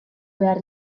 behar